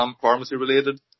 pharmacy-related